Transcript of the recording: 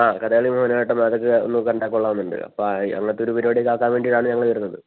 ആ കഥകളി മോഹിനിയാട്ടം അതൊക്കെ ഒന്നു കണ്ടാൽ കൊള്ളാമെന്നുണ്ട് അപ്പോൾ അങ്ങൻത്തെയൊരു പരിപാടിയൊക്കെ ആക്കാൻ വേണ്ടീട്ടാണ് ഞങ്ങൾ വരുന്നത്